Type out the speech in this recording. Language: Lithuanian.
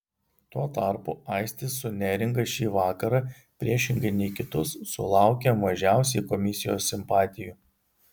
tuo tarpu aistis su neringa šį vakarą priešingai nei kitus sulaukė mažiausiai komisijos simpatijų